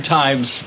times